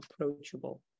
approachable